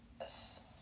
Yes